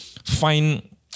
find